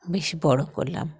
বেশ বড় করলাম